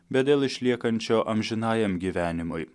bet dėl išliekančio amžinajam gyvenimui